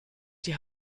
die